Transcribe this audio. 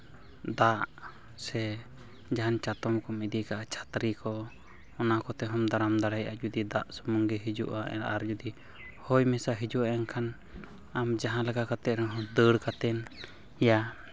ᱫᱟᱜ ᱥᱮ ᱡᱟᱦᱟᱱ ᱪᱟᱛᱚᱢ ᱠᱚᱢ ᱤᱫᱤ ᱠᱟᱜᱼᱟ ᱪᱷᱟᱹᱛᱨᱤ ᱠᱚ ᱚᱱᱟ ᱠᱚᱛᱮ ᱦᱚᱢ ᱫᱟᱨᱟᱢ ᱫᱟᱲᱮᱭᱟᱜᱼᱟ ᱡᱩᱫᱤ ᱫᱟᱜ ᱥᱩᱢᱩᱱ ᱜᱮ ᱦᱤᱡᱩᱜᱼᱟ ᱟᱨ ᱡᱩᱫᱤ ᱦᱚᱭ ᱢᱮᱥᱟ ᱦᱤᱡᱩᱜᱼᱟ ᱮᱱᱠᱷᱟᱱ ᱟᱢ ᱡᱟᱦᱟᱸ ᱞᱮᱠᱟ ᱠᱟᱛᱮᱫ ᱨᱮᱦᱚᱸ ᱫᱟᱹᱲ ᱠᱟᱛᱮᱫ ᱤᱭᱟᱹ